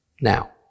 Now